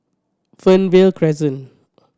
Fernvale Crescent